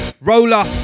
Roller